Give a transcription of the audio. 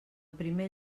primer